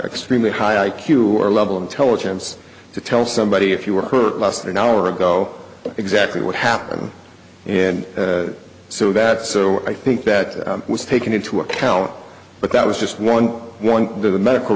extremely high i q or level intelligence to tell somebody if you were hurt less than an hour ago exactly what happened and so that so i think that was taken into account but that was just one one of the medical